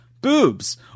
boobs